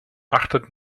achtet